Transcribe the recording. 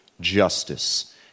justice